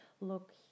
look